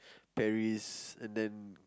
Paris and then